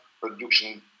production